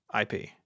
IP